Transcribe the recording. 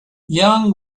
young